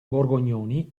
borgognoni